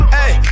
Hey